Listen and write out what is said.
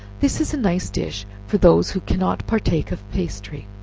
this is a nice dish for those who cannot partake of pastry.